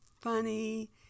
funny